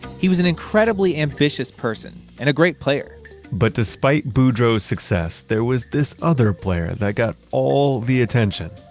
he was an incredibly ambitious person and a great player but despite boudreau's success, there was this other player that got all the attention,